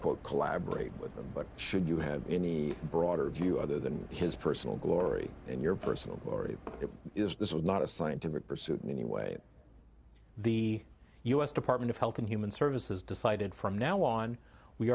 quote collaborate with them but should you have any broader view other than his personal glory and your personal glory it is this was not a scientific pursuit in any way the u s department of health and human services decided from now on we